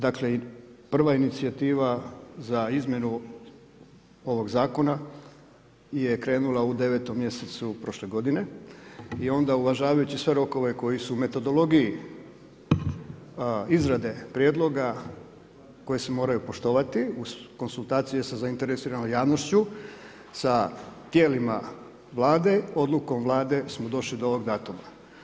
Dakle, prva inicijativa za izmjenu ovog zakona je krenula u 9. mjesecu prošle godine i onda uvažavajući sve rokove koji su u metodologiji izrade prijedloga koje se moraju poštovati uz konzultacije sa zainteresiranom javnošću, sa tijela Vlade, odlukom Vlade smo došli do ovog datuma.